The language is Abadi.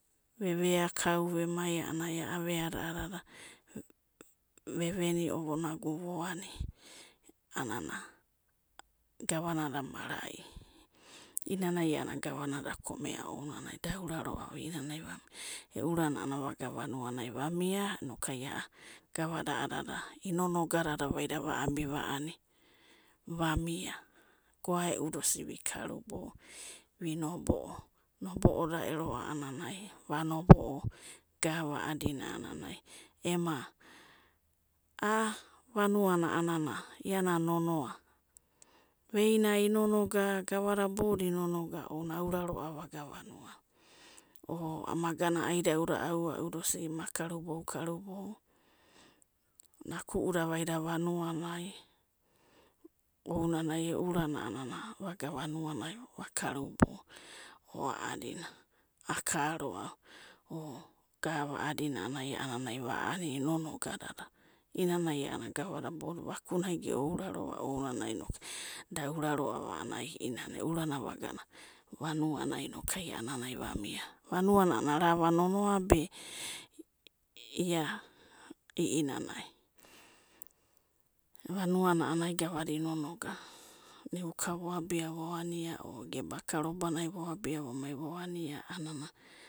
Ve veakau, ve mai a'anana, a'a veada vevemo vonagu voani a'adada. gavadada marai. E'inanai gava dada koinea ounanai da'auraroava ieinanai a nua, e'u uranai vagana vanuanai, va mia nokai gavada a'adada inonogadada aida vaiabi va'ani, va mia goae'uda osida vi karubai, vi nobo'o, nobo'da ero a'ananai, va nobo'o gava a'adina, ema a'a vanuana iana nonoa, veina inonoga gavada ibaidada inonoga ainanai aurava vagana vanuana ama gana aida'uda. aua'uda osida ma karubai karubai, naku'u'da vaida vanuanai ounanai e'u urana a'anana vagana vanuana o a'adina akaroava, gava a'adina a'anana va'ani inonogadada, itnanai a'anana gavada ibaidada vakunai ge ourarova ana ounanai, da'aurava i'inanai, aurava vagara vanuanai, inoku vamia, vanuanai anana arava ai nonobe ia i'inanai, vanuanai a'anana gavada inonoga, nim ka vo abia vo ania o gebaka robanai voabia voania vo aua